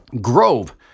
Grove